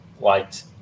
liked